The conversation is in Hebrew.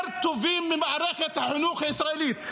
טובים מאשר במערכת החינוך הישראלית?